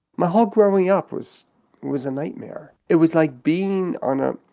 my whole growing up was was a nightmare it was like being on a,